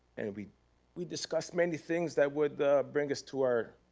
and we we discussed many things that would bring us to our,